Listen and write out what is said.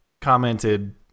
commented